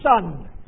son